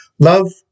Love